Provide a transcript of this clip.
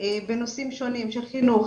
בנושאים שונים של חינוך,